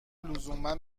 لزوما